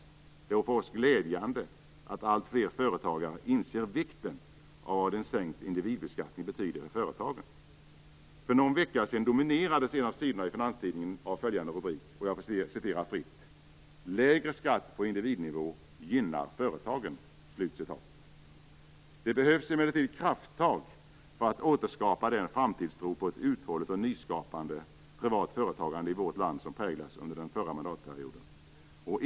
Det är för oss glädjande att alltfler företagare inser vikten av en sänkt individbeskattning för företagen. För någon vecka sedan dominerades en av sidorna i Finanstidningen av följande rubrik: Lägre skatt på individnivå gynnar företagen. Det behövs emellertid krafttag för att återskapa den framtidstro på ett uthålligt och nyskapande privat företagande i vårt land som den förra mandatperioden präglades av.